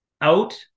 out